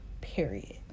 Period